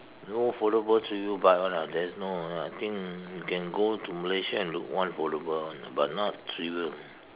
no foldable three wheel bike one lah there's no I think you can go to Malaysia and look one foldable one lah but not three wheel